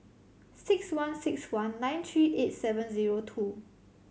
six one six one nine three eight seven zero two